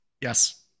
Yes